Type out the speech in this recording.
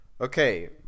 Okay